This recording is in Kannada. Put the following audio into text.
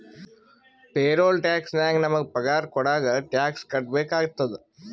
ಪೇರೋಲ್ ಟ್ಯಾಕ್ಸ್ ನಾಗ್ ನಮುಗ ಪಗಾರ ಕೊಡಾಗ್ ಟ್ಯಾಕ್ಸ್ ಕಟ್ಬೇಕ ಆತ್ತುದ